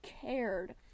cared